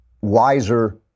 wiser